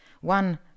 One